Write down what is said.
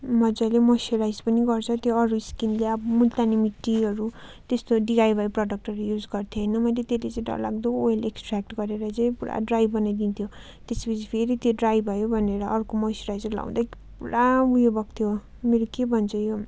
मजाले मोइस्चराइज पनि गर्छ त्यो अरू स्किन ल्याब मुल्तानी मिट्टीहरू त्यस्तो डिआइवाई प्रडक्टहरू युज गर्थेँ होइन मैले त्यति चाहिँ डर लाग्दो ओइल एक्स्ट्र्याक्ट गरेर चाहिँ पुरा ड्राई बनाइदिन्थ्यो त्यस पछि फेरि त्यो ड्राई भयो भनेर अर्को मोइस्चराइजर लगाउँदै पुरा उयो भएको थियो मेरो के भन्छ यो